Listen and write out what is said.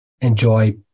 enjoy